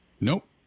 Nope